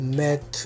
met